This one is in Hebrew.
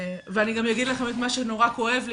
ואני אגיד לכם גם את מה שנורא כואב לי